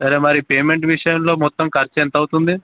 సరే మరి పేమెంట్ విషయంలో మొత్తం ఖర్చు ఎంత అవుతుంది